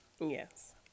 Yes